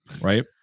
Right